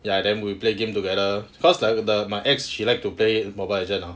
ya then we play game together cause like the my ex she like to play mobile legend mah